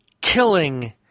killing